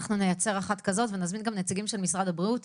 אנחנו נייצר אחת כזאת ונזמין גם נציגים של משרד הבריאות.